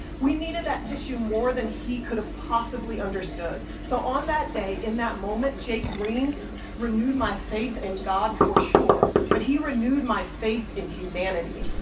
we needed that tissue more than he could have possibly understood. so on that day, in that moment, jake green renewed my faith in god for sure, but he renewed my faith in humanity.